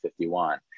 51